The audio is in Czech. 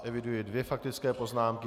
Eviduji dvě faktické poznámky.